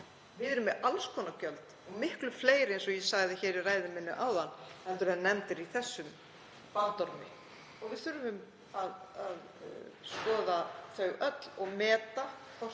Við erum með alls konar gjöld og miklu fleiri, eins og ég sagði í ræðu minni áðan, en nefnd eru í þessum bandormi. Við þurfum að skoða þau öll og meta.